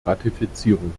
ratifizierung